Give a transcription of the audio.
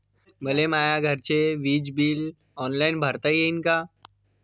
मले माया घरचे विज बिल ऑनलाईन भरता येईन का?